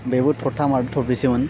बेबो थरथाम आरो थरब्रैसोमोन